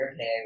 okay